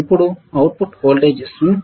ఇప్పుడు output voltage swing